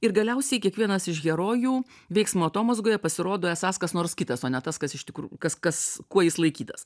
ir galiausiai kiekvienas iš herojų veiksmo atomazgoje pasirodo esąs kas nors kitas o ne tas kas iš tikrų kas kas kuo jis laikytas